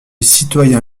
citoyen